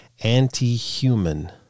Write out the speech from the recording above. anti-human